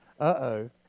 Uh-oh